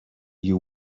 you